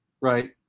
Right